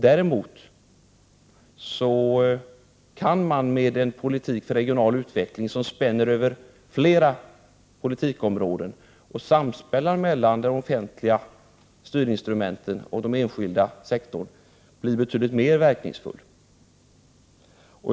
Däremot kan man med en politik för regional utveckling, som spänner över flera politikområden och samspelar mellan de offentliga styrinstrumenten och den enskilda sektorn, bli betydligt mer verkningsfull.